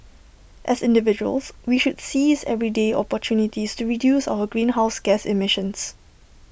as individuals we should seize everyday opportunities to reduce our greenhouse gas emissions